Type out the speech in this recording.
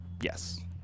Yes